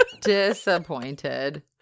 Disappointed